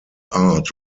art